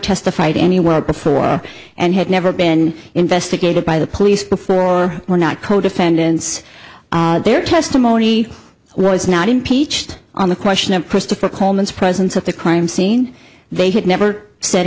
testified anywhere before and had never been investigated by the police before or were not co defendants their testimony was not impeached on the question of christopher coleman's presence at the crime scene they had never said